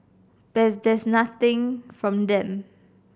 but there's been nothing from them